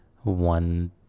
one